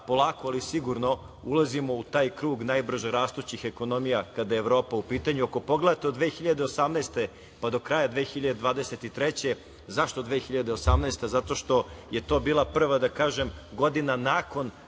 polako ali sigurno ulazimo u taj krug najbrže rastućih ekonomija kada je Evropa u pitanju. Ako pogledate, od 2018. godine pa do kraja 2023. godine, zašto 2018, zato što je to bila prva godina nakon